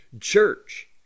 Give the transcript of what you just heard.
church